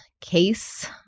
case